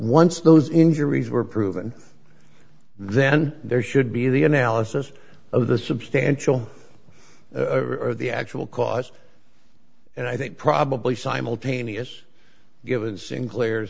once those injuries were proven then there should be the analysis of the substantial or the actual cause and i think probably simultaneous given sinclair